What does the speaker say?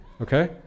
okay